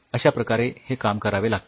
अश्या प्रकारे हे काम करावे लागते